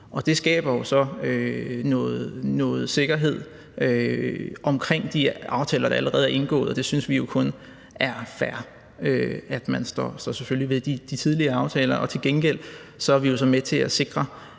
Det skaber jo noget sikkerhed omkring de aftaler, der allerede er indgået, og det synes vi kun er fair. Man står selvfølgelig ved de tidligere aftaler, og til gengæld er vi jo så med til at sikre,